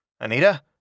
Anita